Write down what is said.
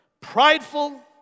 prideful